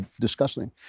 disgusting